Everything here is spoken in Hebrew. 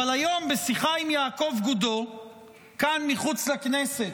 אבל היום בשיחה עם יעקב גודו כאן מחוץ לכנסת,